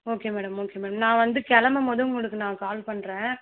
okay madam okay madam நான் வந்து கிளம்பமோது உங்களுக்கு நான் கால் பண்ணுறேன்